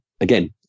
Again